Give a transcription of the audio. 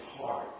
heart